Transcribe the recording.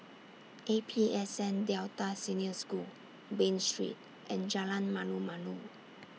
A P S N Delta Senior School Bain Street and Jalan Malu Malu